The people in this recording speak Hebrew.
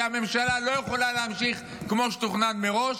שהממשלה לא יכולה להמשיך כמו שתוכנן מראש.